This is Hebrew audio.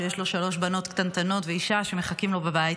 שיש לו שלוש בנות קטנטנות ואישה שמחכות לו בבית,